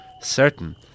certain